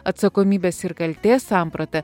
atsakomybės ir kaltės sampratą